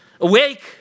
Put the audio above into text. Awake